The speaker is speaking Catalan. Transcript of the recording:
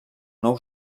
nou